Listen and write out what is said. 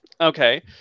Okay